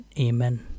amen